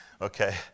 Okay